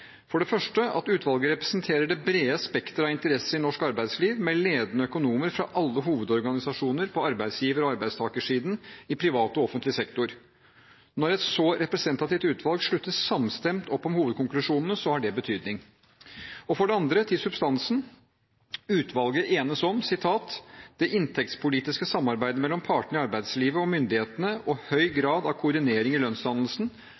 For det første, at utvalget representerer det brede spekter av interesser i norsk arbeidsliv, med ledende økonomer fra alle hovedorganisasjoner på arbeidsgiver- og arbeidstakersiden i privat og offentlig sektor. Når et så representativt utvalg slutter samstemt opp om hovedkonklusjonene, har det betydning. Og for det andre, til substansen – at utvalget enes om følgende: «Det inntektspolitiske samarbeidet mellom partene i arbeidslivet og myndighetene og høy grad av koordinering i lønnsdannelsen